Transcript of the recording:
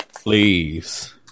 please